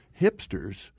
hipsters